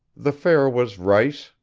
the fare was rice,